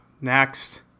next